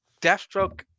Deathstroke